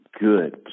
good